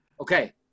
okay